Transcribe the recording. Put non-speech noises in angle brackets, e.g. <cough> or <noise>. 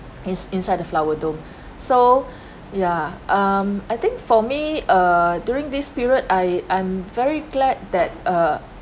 it's inside the flower dome <breath> so <breath> yeah um I think for me err during this period I I'm very glad that err